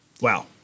Wow